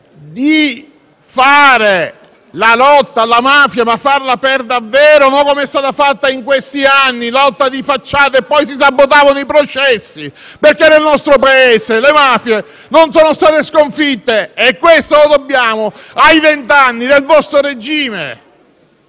di fare la lotta alla mafia, ma di farla per davvero e non com'è stata fatta in questi anni, ossia lotta di facciata quando poi si sabotavano i processi. Nel nostro Paese le mafie non sono state sconfitte e questo lo dobbiamo ai vent'anni del vostro regime.